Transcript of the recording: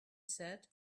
said